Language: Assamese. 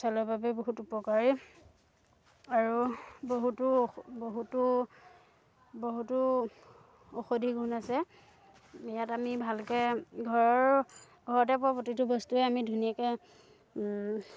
ছালৰ বাবে বহুত উপকাৰী আৰু বহুতো বহুতো বহুতো ঔষধি গুণ আছে ইয়াত আমি ভালকৈ ঘৰৰ ঘৰতে পোৱা প্ৰতিটো বস্তুৱে আমি ধুনীয়াকৈ